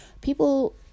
People